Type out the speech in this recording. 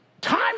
Time